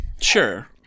Sure